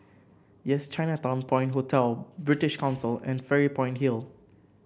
Yes Chinatown Point Hotel British Council and Fairy Point Hill